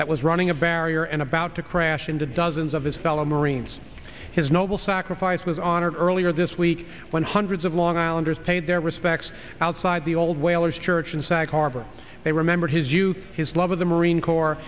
that was running a barrier and about to crash into dozens of his fellow marines his noble sacrifice was honored earlier this week when hundreds of long islanders paid their respects outside the old whalers church in sac harbor they remembered his youth his love of the marine corps